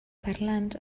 parlants